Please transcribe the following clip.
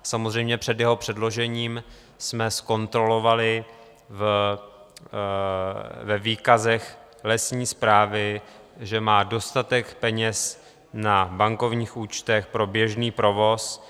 Samozřejmě před jeho předložením jsme zkontrolovali ve výkazech lesní správy, že má dostatek peněz na bankovních účtech pro běžný provoz.